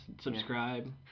subscribe